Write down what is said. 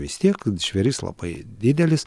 vis tiek žvėris labai didelis